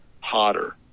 hotter